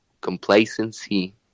complacency